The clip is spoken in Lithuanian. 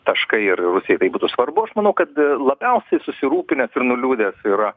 taškai ir rusijai tai būtų svarbu aš manau kad labiausiai susirūpinęs ir nuliūdęs yra